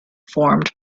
formed